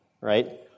right